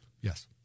Yes